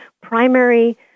primary